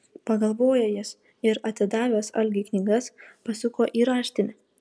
pagalvojo jis ir atidavęs algiui knygas pasuko į raštinę